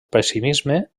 pessimisme